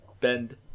Bend